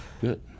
Good